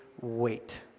wait